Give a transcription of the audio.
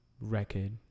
record